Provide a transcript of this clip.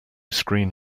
screen